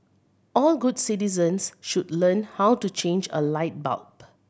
all good citizens should learn how to change a light bulb